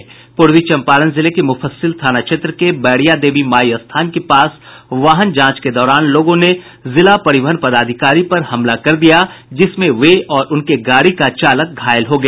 पूर्वी चम्पारण जिले के मुफस्सिल थाना क्षेत्र के बैरिया देवी माई स्थान के पास वाहन जांच के दौरान लोगों ने जिला परिवहन पदाधिकारी पर हमला कर दिया जिसमें वे और उनके गाड़ी का चालक घायल हो गया